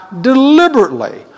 deliberately